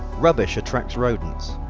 rubbish attracts rodents.